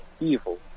evil